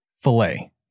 filet